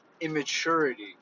immaturity